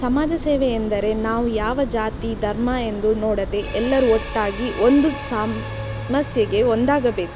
ಸಮಾಜ ಸೇವೆ ಎಂದರೆ ನಾವು ಯಾವ ಜಾತಿ ಧರ್ಮ ಎಂದು ನೋಡದೆ ಎಲ್ಲರೂ ಒಟ್ಟಾಗಿ ಒಂದು ಸಮಸ್ಯೆಗೆ ಒಂದಾಗಬೇಕು